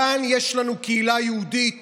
כאן יש לנו קהילה יהודית